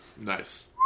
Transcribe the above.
Nice